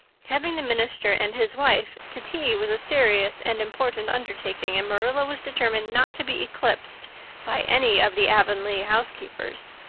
having the minister and his wife to tea was a serious and important undertaking, and marilla was determined not to be eclipsed by any of the avonlea housekeepers.